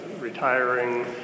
retiring